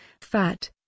fat